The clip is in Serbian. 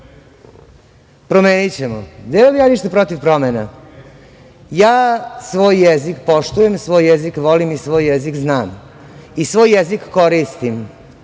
promena. Ja svoj jezik poštujem, svoj jezik volim, svoj jezik znam i svoj jezik koristim